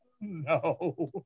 No